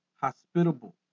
Hospitable